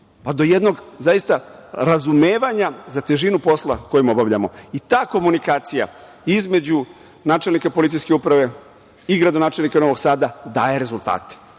pa do jednog zaista razumevanja za težinu posla koji obavljamo. Ta komunikacija između načelnika policijske uprave i gradonačelnika Novog Sada daje rezultate